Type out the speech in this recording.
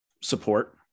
support